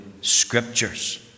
Scriptures